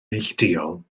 neilltuol